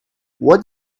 what